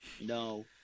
No